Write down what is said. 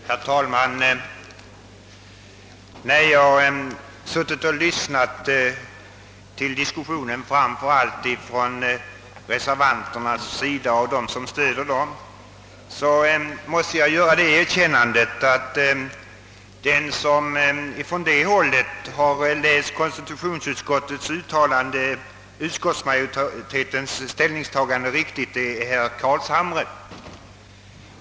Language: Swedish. Herr talman! Efter att ha lyssnat till de argument som framförts av reservanterna och dem som stöder reservanterna måste jag säga, att den som på det hållet läst konstitutionsutskottets yttrande riktigt är herr Carlshamre.